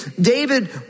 David